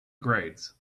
grades